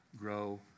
grow